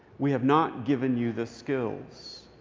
we have not given you the skills.